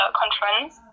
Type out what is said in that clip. conference